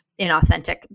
inauthentic